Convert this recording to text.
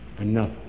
enough